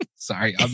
Sorry